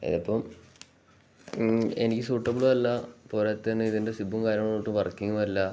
ഇതിപ്പം എനിക്ക് സൂട്ടബിളുമല്ല പോരാത്തതിന് ഇതിൻ്റെ സിബും കാര്യങ്ങളുമൊട്ട് വർക്കിങ്ങുമല്ല